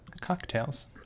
Cocktails